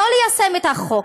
לא ליישם את החוק,